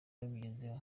babigezeho